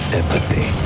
empathy